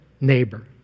neighbor